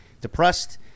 depressed